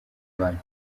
bantu